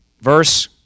Verse